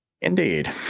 Indeed